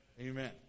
Amen